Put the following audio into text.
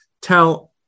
tell